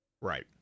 right